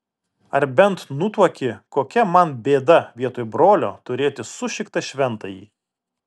ar bent nutuoki kokia man bėda vietoj brolio turėti sušiktą šventąjį